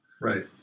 right